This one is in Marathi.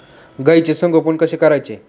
गाईचे संगोपन कसे करायचे?